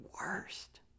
worst